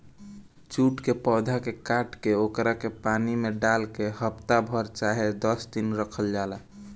jute के पौधा के काट के ओकरा के पानी में डाल के हफ्ता भर चाहे दस दिन रखल जाला